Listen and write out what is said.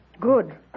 Good